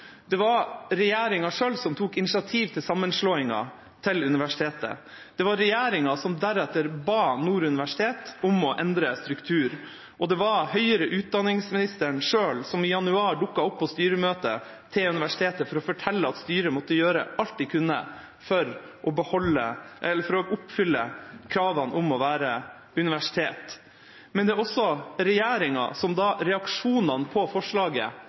Det var regjeringa selv som tok initiativ til sammenslåingen til universitet. Det var regjeringa som deretter ba Nord universitet om å endre struktur, og det var høyere utdanningsministeren selv som i januar dukket opp på styremøtet til universitetet for å fortelle at styret måtte gjøre alt de kunne for å oppfylle kravene om å være universitet. Men det var også regjeringa som, da reaksjonene på forslaget